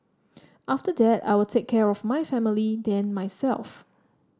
after that I'll take care of my family then myself